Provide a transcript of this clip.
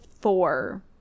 four